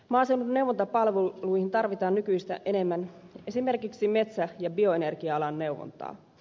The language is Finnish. maaseudun neuvontapalveluihin tarvitaan nykyistä enemmän esimerkiksi metsä ja bioenergia alan neuvontaa